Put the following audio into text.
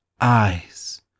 eyes